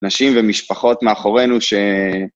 נשים ומשפחות מאחורינו ש...